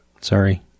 Sorry